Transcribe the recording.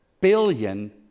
billion